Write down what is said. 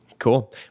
Cool